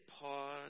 pause